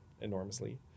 enormously